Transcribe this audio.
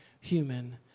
human